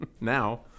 Now